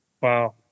Wow